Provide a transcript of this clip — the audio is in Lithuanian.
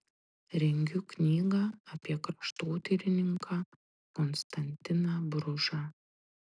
rengiu knygą apie kraštotyrininką konstantiną bružą